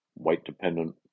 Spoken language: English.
weight-dependent